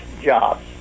Jobs